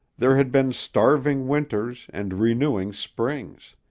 there had been starving winters and renewing springs,